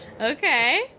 Okay